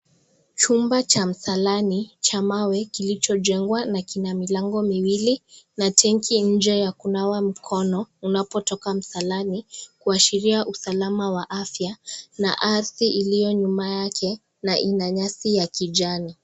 Chumba cha msalani cha mawe kilichochengwa na kuna milango miwili na tenki nje ya kunawa mikono unapotoka msalani kuashiria usalama wa afya na ardhi iliyo nyuma yake na ina nyasi ya kijani .